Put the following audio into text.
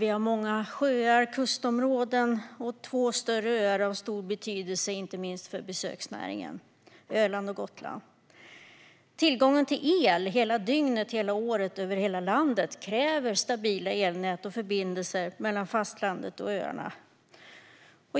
Vi har många sjöar, kustområden och två större öar av stor betydelse inte minst för besöksnäringen - Öland och Gotland. Tillgången till el hela dygnet, hela året och över hela landet kräver stabila elnät och förbindelser mellan fastlandet och öarna.